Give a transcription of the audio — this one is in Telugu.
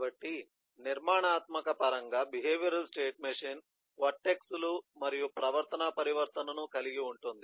కాబట్టి నిర్మాణాత్మక పరంగా బిహేవియరల్ స్టేట్ మెషీన్ వర్టెక్స్ లు మరియు ప్రవర్తనా పరివర్తనను కలిగి ఉంటుంది